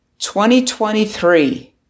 2023